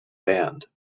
banned